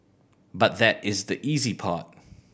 but that is the easy part